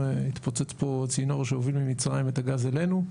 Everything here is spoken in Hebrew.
התפוצץ פה צינור שהוביל ממצרים את הגז אלינו.